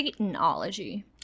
satanology